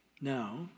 Now